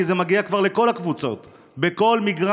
כי זה מגיע כבר לכל הקבוצות,